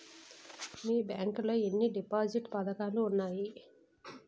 మీ bank లో ఎన్ని deposit పథకాలు ఉన్నాయి?